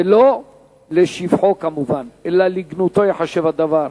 ולא לשבחו כמובן, אלא לגנותו ייחשב הדבר.